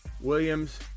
Williams